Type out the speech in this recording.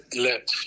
let